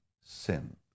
sin